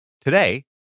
today